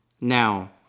Now